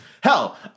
Hell